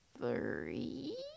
three